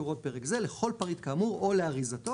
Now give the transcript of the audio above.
הוראות פרק זה לכל פריט כאמור או לאריזתו,